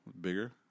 Bigger